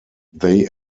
they